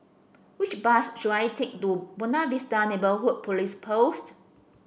which bus should I take to Buona Vista Neighbourhood Police Post